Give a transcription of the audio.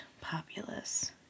populace